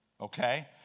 Okay